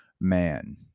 man